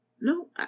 No